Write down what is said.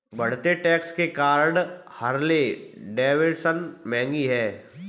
बढ़ते टैक्स के कारण हार्ले डेविडसन महंगी हैं